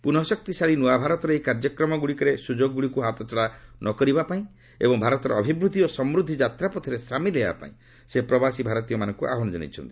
ପୁନଃଶକ୍ତିଶାଳୀ ନୂଆ ଭାରତର ଏହି କାର୍ଯ୍ୟକ୍ରମଗୁଡିକରେ ସୁଯୋଗଗୁଡିକୁ ହାତଛଡା ନ କରିବା ପାଇଁ ଏବଂ ଭାରତର ଅଭିବୃଦ୍ଧି ଓ ସମୃଦ୍ଧି ଯାତ୍ରାପଥରେ ସାମିଲ ହେବା ପାଇଁ ସେ ପ୍ରବାସୀ ଭାରତୀୟମାନଙ୍କୁ ଆହ୍ୱାନ ଜଣାଇଛନ୍ତି